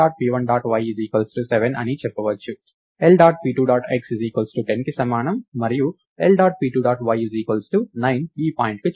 L dot p2 dot x 10కి సమానం మరియు L dot p2 dot y 9 ఈ పాయింట్కి చెందినది